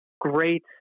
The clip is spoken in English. great